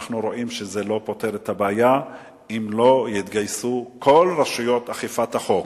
אנחנו רואים שזה לא פותר את הבעיה אם לא יתגייסו כל רשויות אכיפת החוק,